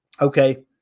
okay